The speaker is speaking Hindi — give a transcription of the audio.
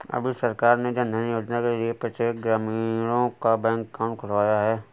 अभी सरकार ने जनधन योजना के लिए प्रत्येक ग्रामीणों का बैंक अकाउंट खुलवाया है